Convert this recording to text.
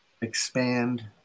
expand